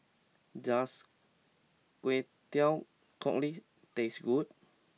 does Kway Teow Cockles taste good